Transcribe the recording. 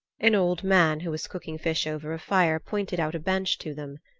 an old man who was cooking fish over a fire pointed out a bench to them.